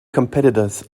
competitors